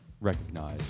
recognize